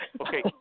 Okay